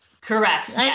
Correct